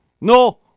No